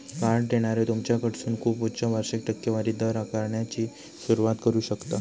card देणारो तुमच्याकडसून खूप उच्च वार्षिक टक्केवारी दर आकारण्याची सुरुवात करू शकता